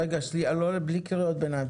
רגע, בלי קריאות ביניים.